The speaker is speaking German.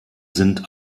sind